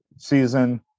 Season